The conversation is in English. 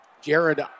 Jared